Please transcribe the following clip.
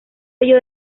ello